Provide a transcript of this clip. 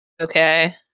Okay